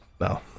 No